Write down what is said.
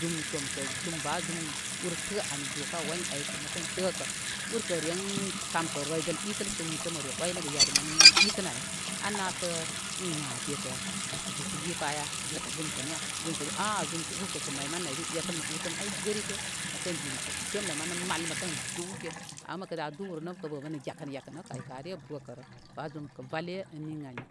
zum tomsə zum ba zum ur tə ani daka wani aykə mə kən təkə urkə ren kam kə roydəl ɓikəl sə nisə mə re oynəgə yare mani ɓikən ay anasə ən a bekə bekə bəsə gi paya bekə zum kə niya aa zumkə ur kaykə may man naybi ɓetəm nə utəm gəri gə məkən di nə temlə manə mal məkən duwu ge ama məkə da duwrə məkə bə nəkə nə gekəl gekəl nəkə bə nəkə nə gekəl gekəl nəkə ay kə are bəkərə ba zum kə valle nin ani.